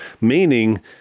Meaning